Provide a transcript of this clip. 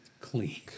clean